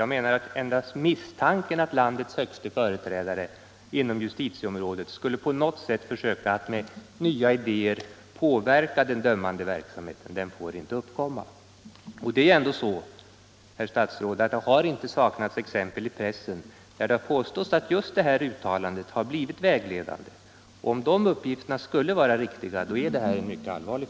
Inte Nr 48 ens en misstanke får uppstå att landets högste företrädare inom justi Torsdagen den tieområdet på något sätt skulle försöka att med nya idéer påverka den 3 april 1975 dömande verksamheten. Och det är ändå så, herr statsråd, att det inte I har saknats exempel i pressen där det påståtts att just det här uttalandet Om principerna för har blivit vägledande. Om de uppgifterna skulle vara riktiga är frågan = spridning av mycket allvarlig.